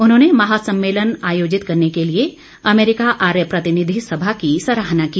उन्होंने महासम्मेलन आयोजित करने के लिए अमेरिका आर्य प्रतिनिधि सभा की सराहना की